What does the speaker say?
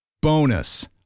Bonus